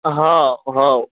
હ હઉ